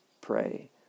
pray